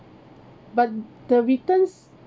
but the returns